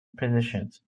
positions